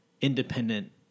independent